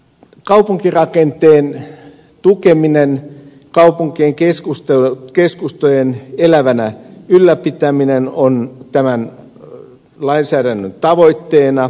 kaupunkirakenteen tukeminen kaupunkien keskustojen elävänä ylläpitäminen ympäristönsuojelu ovat tämän lainsäädännön tavoitteena